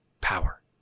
power